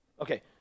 okay